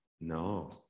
No